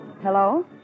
Hello